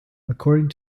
according